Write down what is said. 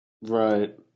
Right